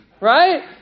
right